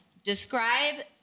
Describe